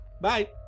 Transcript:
bye